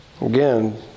Again